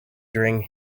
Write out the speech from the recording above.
during